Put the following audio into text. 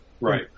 Right